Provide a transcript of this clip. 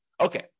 Okay